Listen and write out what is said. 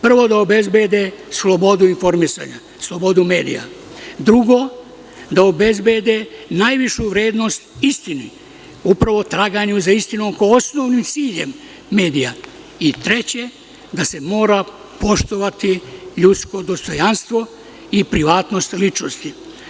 Prvo, da obezbede slobodu informisanja, slobodu medija, drugo, da obezbede najvišu vrednost istine, upravo traganju za istinomko osnovnim ciljem medija i treće, da se mora poštovati ljudsko dostojanstvo i privatnost ličnosti.